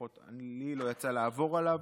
לי לפחות לא יצא לעבור עליו.